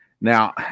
Now